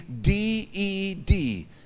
D-E-D